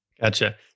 Gotcha